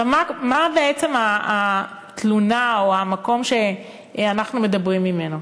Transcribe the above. מה בעצם התלונה, או המקום שאנחנו מדברים ממנו?